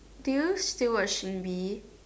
do you still watch Shin-Lee